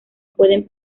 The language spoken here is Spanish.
pueden